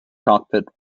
cockpit